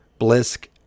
blisk